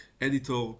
editor